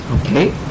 Okay